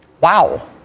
Wow